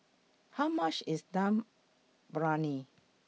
How much IS Dum Briyani